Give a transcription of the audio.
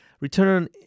Return